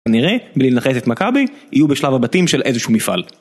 כנראה, בלי לנכס את מכבי, יהיו בשלב הבתים של איזשהו מפעל.